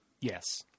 yes